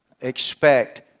expect